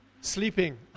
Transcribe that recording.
sleeping